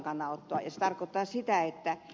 se tarkoittaa sitä että ed